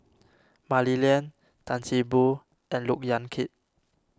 Mah Li Lian Tan See Boo and Look Yan Kit